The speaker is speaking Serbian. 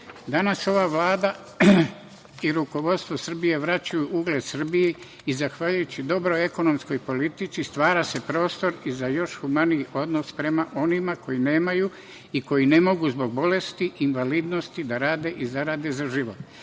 ova vlada i rukovodstvo Srbije vraćaju ugled Srbiji i zahvaljujući dobroj ekonomskoj politici stvara se prostor za još humaniji odnos prema onima koji nemaju i koji ne mogu zbog bolesti i invalidnosti da rade i zarade za život,